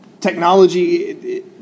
technology